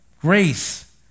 grace